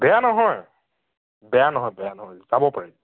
বেয়া নহয় বেয়া নহয় বেয়া নহয় চাব পাৰে